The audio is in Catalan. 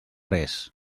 res